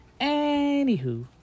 anywho